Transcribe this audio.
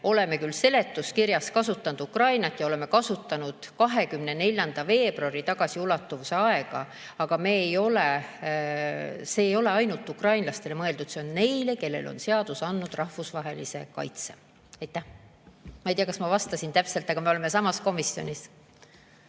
oleme küll seletuskirjas kasutanud Ukrainat ja oleme kasutanud 24. veebruarini tagasiulatuvalt [rakendamise] aega, aga see ei ole mõeldud ainult ukrainlastele, see on neile, kellele seadus on andnud rahvusvahelise kaitse. Ma ei tea, kas ma vastasin täpselt, aga me oleme samas komisjonis.